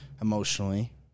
emotionally